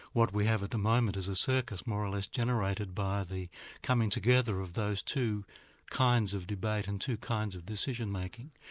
what we have at the moment is a circus more or less generated by the coming together of those two kinds of debate and two kinds of decision making.